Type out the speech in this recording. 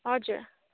हजुर